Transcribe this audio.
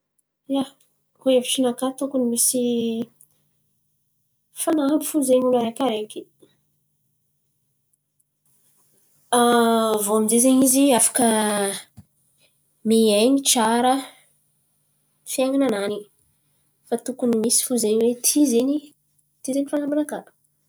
Ia, koa hevitrinakà tokony misy fanamby fo zen̈y olo araikiaraiky. Aviô aminjay zen̈y izy afaka miain̈y tsara fiain̈ananany. Fa tokony misy fo zen̈y oe ty zen̈y ty zen̈y fanamanakà.